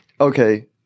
okay